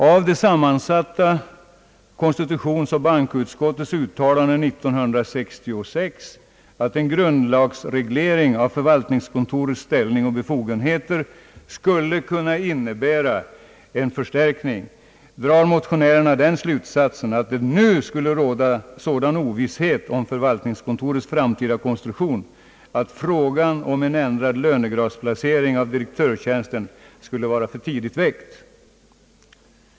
Av det sammansatta konstitutionsoch bankoutskottets uttalande år 1966, att en grundlagsreglering av förvaltningskontorets ställning och befogenheter skulle kunna innebära en förstärkning, drar motionärerna den slutsatsen, att det nu skulle råda sådan ovisshet om förvaltningskontorets framtida konstruktion, att frågan om en ändrad lönegradsplacering av direktörstjänsten skulle vara för tidigt väckt.